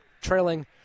trailing